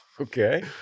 Okay